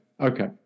Okay